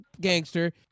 gangster